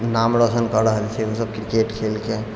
नाम रोशन कऽ रहल छै ओसब किरकेट खेलकए